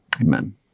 Amen